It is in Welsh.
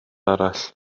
arall